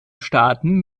staaten